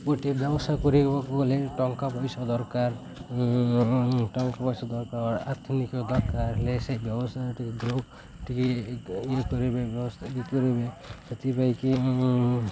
ଗୋଟିଏ ବ୍ୟବସାୟ କରିବାକୁ ଗଲେ ଟଙ୍କା ପଇସା ଦରକାର ଟଙ୍କା ପଇସା ଦରକାର ଆଧୁନିକ ଦରକାର ହେଲେ ସେ ବ୍ୟବସାୟ ଟିକିଏ ଟିକିଏ ଇଏ କରିବେ ବ୍ୟବସ୍ଥା ଇଏ କରିବେ ସେଥିପାଇଁକିି